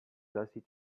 dusty